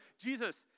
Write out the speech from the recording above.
Jesus